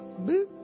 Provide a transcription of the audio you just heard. Boop